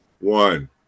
One